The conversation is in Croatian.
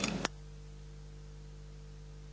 Hvala vam